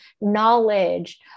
knowledge